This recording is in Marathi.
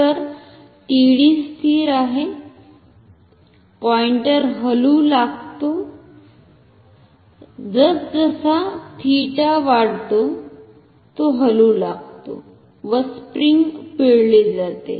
तर TD स्थिर आहे पॉईंटर हलू लागतो जसजसा थीटा वाढतो तो हलू लागतो व स्प्रिंग पिळली जाते